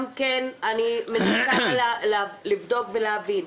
אני מנסה לבדוק ולהבין,